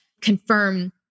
confirm